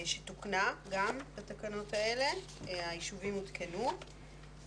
שתוקנה גם בתקנות האלה, היישובים עודכנו.